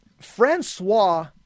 Francois